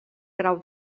grau